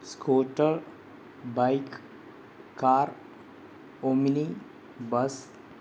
scooter bike car omni bus